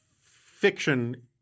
fiction